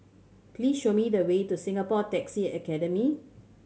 please show me the way to Singapore Taxi Academy